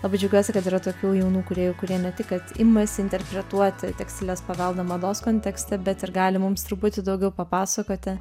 labai džiaugiuosi kad yra tokių jaunų kūrėjų kurie ne tik imasi interpretuoti tekstilės paveldą mados kontekste bet ir gali mums truputį daugiau papasakoti